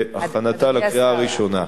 להכנתה לקריאה ראשונה.